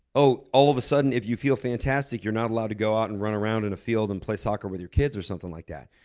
oh, all of a sudden, if you feel fantastic, you're not allowed to go out and run around in a field and play soccer with your kids or something like that.